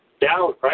downright